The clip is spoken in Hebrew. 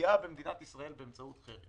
לפגיעה במדינת ישראל באמצעות חרם